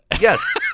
Yes